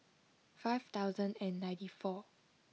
five thousand and ninety four